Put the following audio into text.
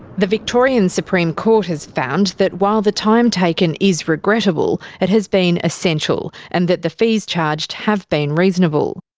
the victorian supreme court has found that while the time taken is regrettable, it has been essential, and that the fees charged have been reasonable.